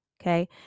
okay